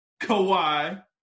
Kawhi